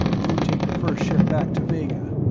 you'd take the first ship back to vega.